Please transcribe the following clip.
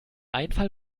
einfall